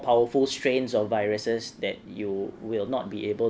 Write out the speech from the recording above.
powerful strains of viruses that you will not be able